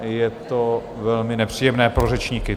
Je to velmi nepříjemné pro řečníky.